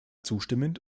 zustimmend